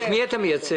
את מי אתה מייצג?